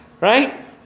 right